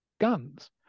guns